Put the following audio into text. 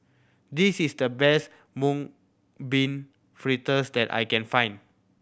this is the best Mung Bean Fritters that I can find